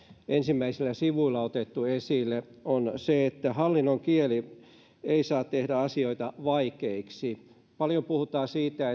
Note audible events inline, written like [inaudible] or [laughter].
ensimmäisillä sivuilla otettu esille ja se on se että hallinnon kieli ei saa tehdä asioita vaikeiksi paljon puhutaan siitä [unintelligible]